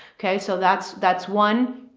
okay. so that's, that's one.